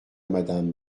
madame